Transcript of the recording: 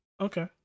Okay